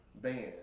band